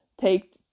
take